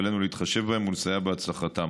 ועלינו להתחשב בהם ולסייע בהצלחתם.